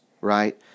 right